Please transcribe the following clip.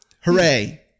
Hooray